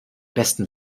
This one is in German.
besten